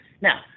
Now